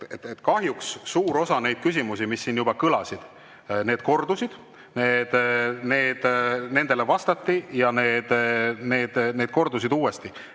Kahjuks suur osa neid küsimusi, mis siin juba kõlasid, need kordusid, nendele vastati, aga need kordusid uuesti.